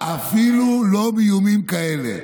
אפילו לא מאיומים כאלה.